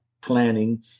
planning